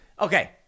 Okay